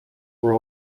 were